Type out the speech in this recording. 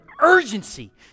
urgency